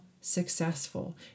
successful